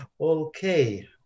Okay